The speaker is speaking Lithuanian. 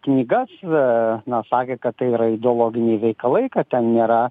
knygas na sakė kad tai yra ideologiniai reikalai kad ten nėra